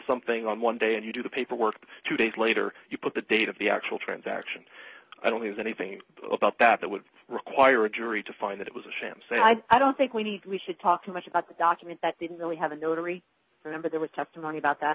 something on one day and you do the paperwork two days later you put the date of the actual transaction i don't know anything about that that would require a jury to find that it was a sham say i don't think we need to talk too much about the document that didn't really have a notary remember there were testimony about that